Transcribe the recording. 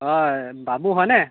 হয় বাবু হয়নে